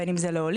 בין אם זה לעולים,